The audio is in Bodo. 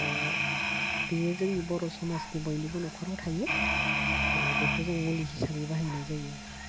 बेयो जोंनि बर' समाजनि बयनिबो नखराव थायो बेखौ जों मुलि हिसाबै बाहायनाय जायो